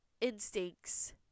instincts